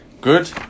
good